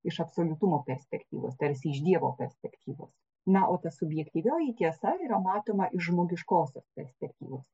iš absoliutumo perspektyvos tarsi iš dievo perspektyvos na o ta subjektyvioji tiesa yra matoma iš žmogiškosios perspektyvos